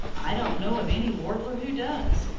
i don't know of any warbler who does.